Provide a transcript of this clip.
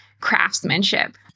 craftsmanship